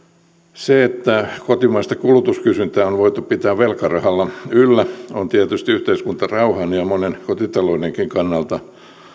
se että kotimaista kulutuskysyntää on voitu pitää velkarahalla yllä on tietysti yhteiskuntarauhan ja monen kotitaloudenkin kannalta